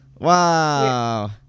wow